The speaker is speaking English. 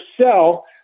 sell